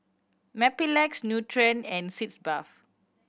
Mepilex Nutren and Sitz Bath